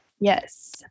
Yes